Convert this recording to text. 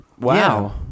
Wow